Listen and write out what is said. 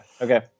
Okay